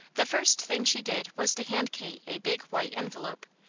the first thing she did was to hand kate a big white envelope,